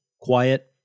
quiet